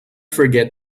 forget